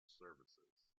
services